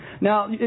Now